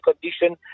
condition